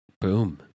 Boom